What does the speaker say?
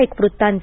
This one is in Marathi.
एक वृत्तांत